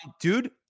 Dude